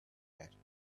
better